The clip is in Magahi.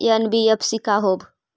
एन.बी.एफ.सी का होब?